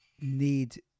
need